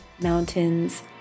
mountains